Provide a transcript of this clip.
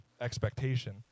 expectation